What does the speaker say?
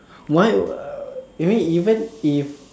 why uh you mean even if